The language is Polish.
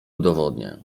udowodnię